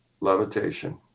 Levitation